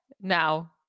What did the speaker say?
now